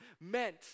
meant